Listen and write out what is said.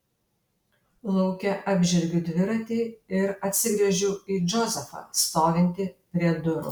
lauke apžergiu dviratį ir atsigręžiu į džozefą stovintį prie durų